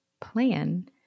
plan